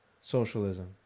socialism